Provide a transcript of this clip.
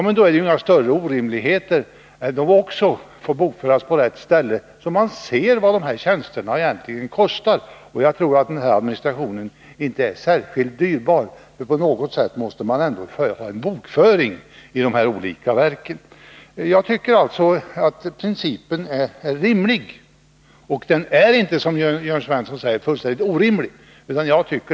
Men då är det ju ingen större orimlighet om detta bokförs på rätt ställe, så att man ser vad dessa tjänster egentligen kostar. Jag tror inte att denna administration är särskilt dyrbar. På något sätt måste man ändå ha en bokföring i de olika verken. 3 Jag tycker alltså att principen är rimlig. Den är alltså inte, som Jörn Svensson påstår, fullständigt orimlig.